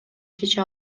чече